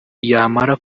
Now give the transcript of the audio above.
yamara